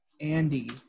Andy